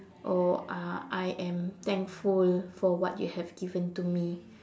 or uh I am thankful for what you have given to me